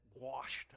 washed